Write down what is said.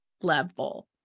level